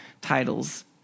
titles